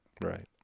Right